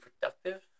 productive